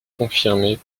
confirmé